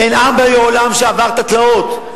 אין עם בעולם שעבר את התלאות,